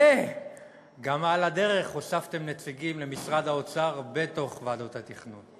וגם על הדרך הוספתם נציגים למשרד האוצר בתוך ועדות התכנון.